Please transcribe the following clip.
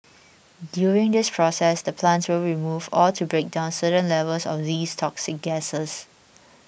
during this process the plants will remove or to break down certain levels of these toxic gases